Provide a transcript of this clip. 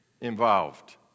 involved